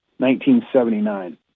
1979